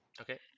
Okay